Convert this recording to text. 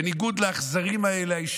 בניגוד לאכזריים האלה,